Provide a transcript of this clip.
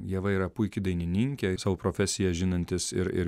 ieva yra puiki dainininkė i savo profesiją žinantis ir ir